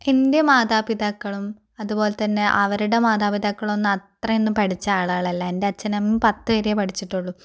എൻ്റെ മാതാപിതാക്കളും അതുപോലെതന്നെ അവരുടെ മാതാപിതാക്കളും ഒന്നും അത്രയൊന്നും പഠിച്ച ആളുകൾ അല്ല എൻ്റെ അച്ഛനും അമ്മയും പത്ത് വരെ പഠിച്ചിട്ടുള്ളൂ